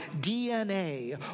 DNA